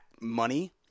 money